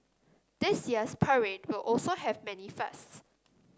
this year's parade will also have many firsts